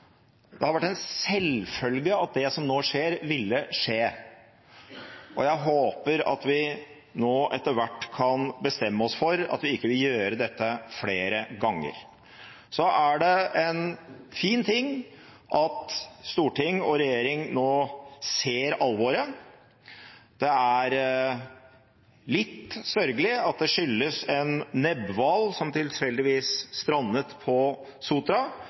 Det har vært en selvfølge at det som nå skjer, ville skje, og jeg håper at vi nå etter hvert kan bestemme oss for at vi ikke vil gjøre dette flere ganger. Så er det en fin ting at storting og regjering nå ser alvoret. Det er litt sørgelig at det skyldes en nebbhval som tilfeldigvis strandet på Sotra.